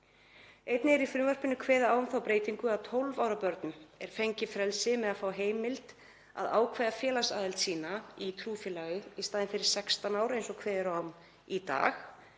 Einnig er í frumvarpinu kveðið á um þá breytingu að 12 ára börnum er fengið frelsi með því að fá heimild til að ákveða félagsaðild sína í trúfélagi í staðinn fyrir 16 ára eins og kveðið er á um í dag,